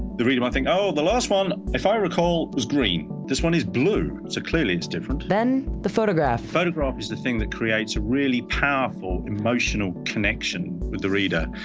the reader might think, oh the last one, if i recall is green. this one is blue, so clearly it's different. then, the photograph. the photograph is the thing that creates a really powerful emotional connection with the reader.